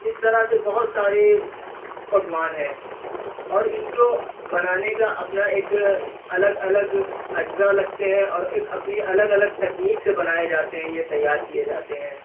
اس طرح سے بہت سارے پکوان ہیں اور ان کو بنانے کا اپنا ایک الگ الگ اجزا لگتے ہیں اور ایک اپنی الگ الگ تکنیک سے بنائے جاتے ہیں یہ تیار کیے جاتے ہیں